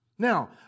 Now